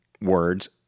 words